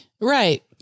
Right